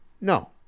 no